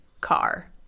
car